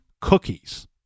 cookies